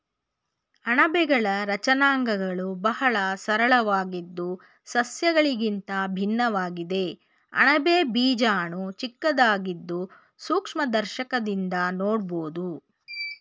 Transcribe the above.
ಅಣಬೆಗಳ ರಚನಾಂಗಗಳು ಬಹಳ ಸರಳವಾಗಿದ್ದು ಸಸ್ಯಗಳಿಗಿಂತ ಭಿನ್ನವಾಗಿದೆ ಅಣಬೆ ಬೀಜಾಣು ಚಿಕ್ಕದಾಗಿದ್ದು ಸೂಕ್ಷ್ಮದರ್ಶಕದಿಂದ ನೋಡ್ಬೋದು